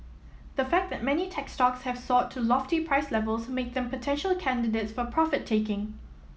the fact that many tech stocks have soared to lofty price levels make them potential candidates for profit taking